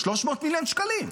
300 מיליון שקלים.